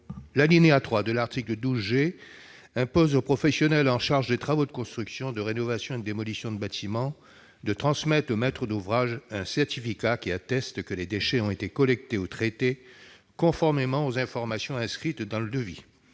L'alinéa 3 de l'article 12 G impose aux professionnels chargés des travaux de construction, de rénovation et de démolition de bâtiments de transmettre au maître d'ouvrage un certificat qui atteste que les déchets ont été collectés ou traités conformément aux informations inscrites dans le devis.